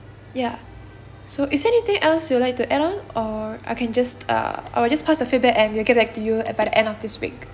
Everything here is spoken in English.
ya so is there anything else you'd like to add on or I can just uh I will just pass your feedback and we'll get back to you at by end of this week